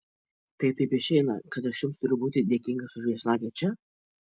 tai taip išeina kad aš jums turiu būti dėkingas už viešnagę čia